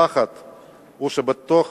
הפחד הוא שבתוך